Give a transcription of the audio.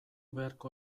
beharko